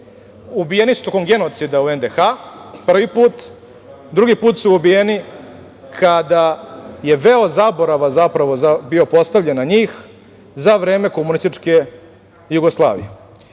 Ubijeni su tokom genocida u NDH, prvi put. Drugi put su ubijeni kada je veo zaborava bio postavljen na njih za vreme komunističke Jugoslavije.